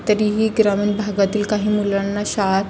तरीही ग्रामीण भागातील काही मुलांना शाळात